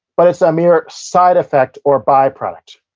but it's a mere side effect or byproduct.